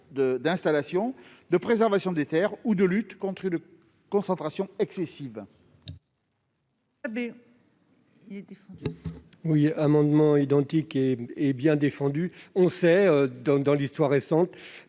installations, de la préservation des terres ou de la lutte contre les concentrations excessives.